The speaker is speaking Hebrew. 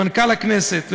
למנכ"ל הכנסת,